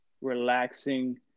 relaxing